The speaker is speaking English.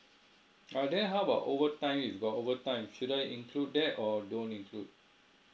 uh then how about overtime if got overtime should I include that or don't include